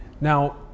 now